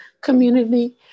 community